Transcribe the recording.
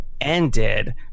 ended